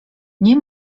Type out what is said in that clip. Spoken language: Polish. nie